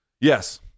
Yes